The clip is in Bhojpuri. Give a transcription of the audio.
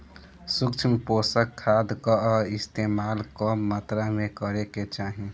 सूक्ष्म पोषक खाद कअ इस्तेमाल कम मात्रा में करे के चाही